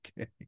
okay